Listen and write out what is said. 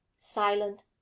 Silent